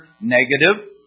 negative